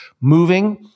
moving